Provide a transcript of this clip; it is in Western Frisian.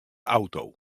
auto